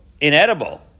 inedible